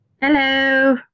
Hello